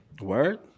Word